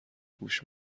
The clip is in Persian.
گوش